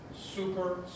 super